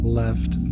left